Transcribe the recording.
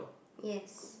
yes